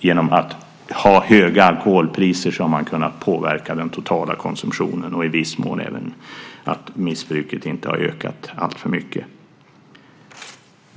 Genom att ha höga alkoholpriser har man kunnat påverka den totala konsumtionen och i viss mån även att missbruket inte har ökat alltför mycket.